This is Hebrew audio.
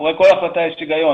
מאחורי כל ההחלטה יש היגיון.